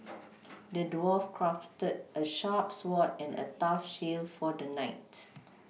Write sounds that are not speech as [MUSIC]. [NOISE] the dwarf crafted a sharp sword and a tough shield for the knight